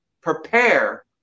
prepare